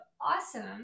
awesome